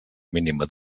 mínima